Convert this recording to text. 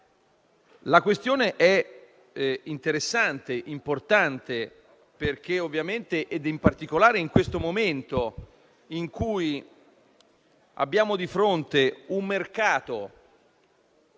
La questione è interessante e importante, perché, in particolare in questo momento in cui abbiamo di fronte un mercato